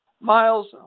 Miles